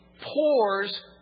pours